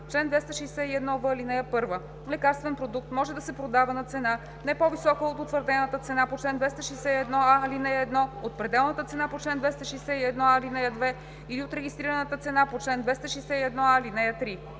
Чл. 261в. (1) Лекарствен продукт може да се продава на цена, не по-висока от утвърдената цена по чл. 261а, ал. 1, от пределната цена по чл. 261а, ал. 2 или от регистрираната цена по чл. 261а, ал. 3.